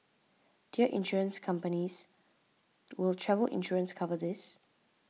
dear Insurance companies will travel insurance cover this